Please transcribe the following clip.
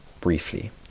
briefly